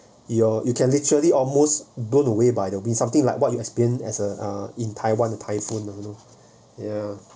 your you can literally almost blown away by the win something like what you experience as a uh in taiwan the typhoon ah ya